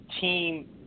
team